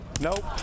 Nope